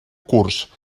curs